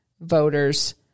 voters